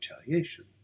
retaliation